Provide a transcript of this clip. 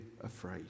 afraid